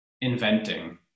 inventing